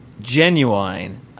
genuine